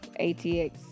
Atx